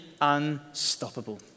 unstoppable